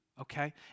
okay